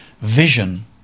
vision